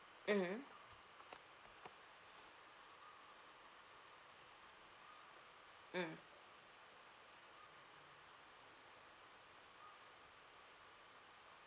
mmhmm mm